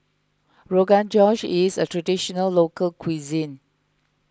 Rogan Josh is a Traditional Local Cuisine